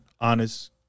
honest